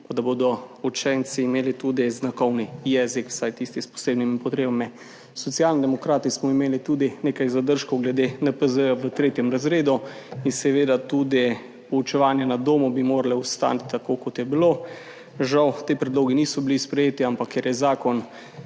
in da bodo učenci imeli tudi znakovni jezik, vsaj tisti s posebnimi potrebami. Socialni demokrati smo imeli tudi nekaj zadržkov glede NPZ v 3. razredu in seveda tudi poučevanje na domu bi moralo ostati tako, kot je bilo. Žal ti predlogi niso bili sprejeti, ampak ker je zakon